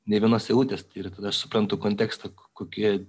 nei vienos eilutės ir tada aš suprantu kontekstą kokioje